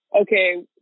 okay